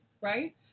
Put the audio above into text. right